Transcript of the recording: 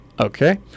Okay